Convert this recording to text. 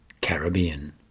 Caribbean